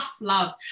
love